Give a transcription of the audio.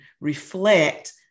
reflect